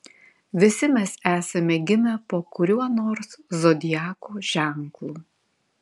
visi mes esame gimę po kuriuo nors zodiako ženklu